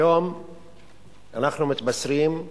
היום אנחנו מתבשרים,